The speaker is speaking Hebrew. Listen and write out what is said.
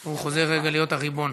הוא חוזר רגע להיות הריבון.